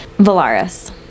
Valaris